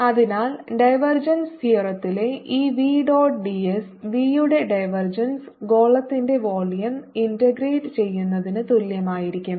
Vxyzx2ixyzjy2zk അതിനാൽ divergence തേർഎത്തിലൂടെ ഈ v dot ds v യുടെ ദിവേര്ജന്സ് ഗോളത്തിന്റെ വോളിയം ഇന്റഗ്രേറ്റ് ചെയ്യുന്നതിന് തുല്യമായിരിക്കും